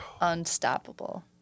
Unstoppable